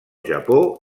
japó